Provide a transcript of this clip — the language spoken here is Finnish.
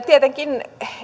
tietenkin